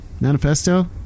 Manifesto